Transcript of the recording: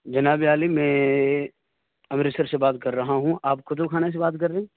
جناب عالی میں امرتسر سے بات کر رہا ہوں آپ کتب خانہ سے بات کر رہے ہیں